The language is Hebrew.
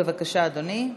בבקשה, אדוני.